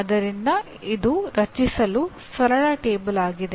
ಆದ್ದರಿಂದ ಇದು ರಚಿಸಲು ಸರಳ ಟೇಬಲ್ ಆಗಿದೆ